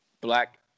black